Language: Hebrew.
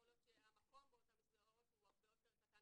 יכול להיות שהמקום באותן מסגרות הוא הרבה יותר קטן